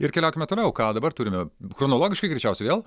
ir keliaukime toliau ką dabar turime chronologiškai greičiausiai vėl